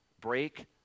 break